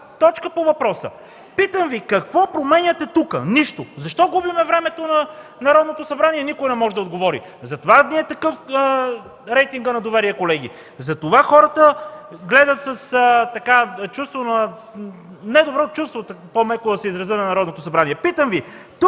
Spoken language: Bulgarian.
Точка по въпроса. Питам Ви: какво променяте тук? Нищо! Защо губим времето на Народното събрание? Никой не може да отговори! Затова Ви е такъв рейтингът на доверие, колеги. Затова хората гледат с недобро чувство, по-меко да се изразя, на Народното събрание. Тук